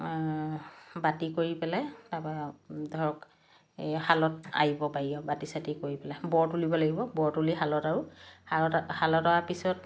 বাতি কৰি পেলাই ধৰক এই শালত আঁৰিব পাৰি আৰু বাতি চাতি কৰি পেলাই বৰ তুলিব লাগিব বৰ তুলি পেলাই আৰু শালত শালত অঁৰাৰ পিছত